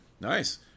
Nice